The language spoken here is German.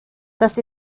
dass